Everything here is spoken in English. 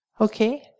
Okay